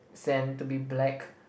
sand to be black